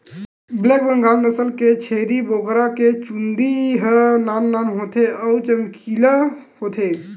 black Bengal नसल के छेरी बोकरा के चूंदी ह नान नान होथे अउ चमकीला होथे